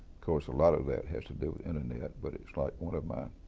course, a lot of that has to do with internet, but it's like one of my